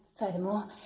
furthermore,